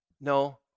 No